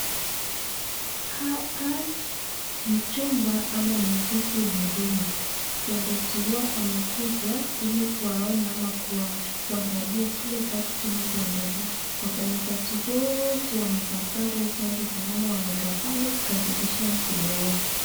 Hapa ni chumba ama ni ofisi ya huduma. Kiongozi wao amekuja ili kuwaona ama kuangalia kile kazi inapoendelea. Wafanyikazi wote wamevaa sare zinazofanana wamekaa pale kukaribisha mkubwa wao.